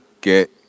get